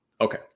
Okay